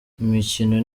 imikino